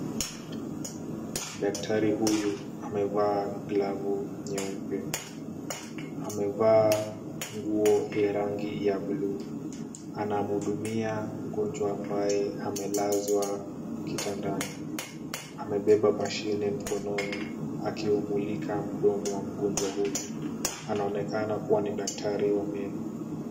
Daktari huyu amevaa glavu nyeupe. Amevaa nguo ya rangi ya blue . Anamhudumia mgonjwa ambaye amelazwa kitandani. Amebeba mashine mkononi akiumulika mdomo wa mgonjwa huyu. Anaonekana kuwa ni daktari wa meno.